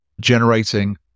generating